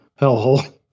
Hellhole